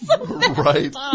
Right